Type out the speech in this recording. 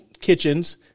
kitchens